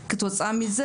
כתוצאה מזה,